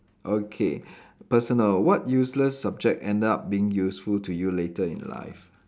okay personal what useless subject ended up being useful to you later in life